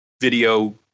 video